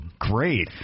great